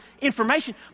information